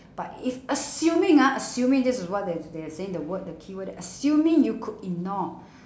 but if assuming ah assuming this is what they are they are saying the word the keyword assuming you could ignore